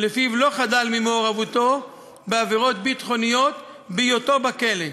שלפיו הוא לא חדל ממעורבותו בעבירות ביטחוניות בהיותו בכלא.